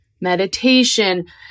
meditation